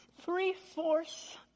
three-fourths